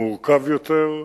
מורכב יותר,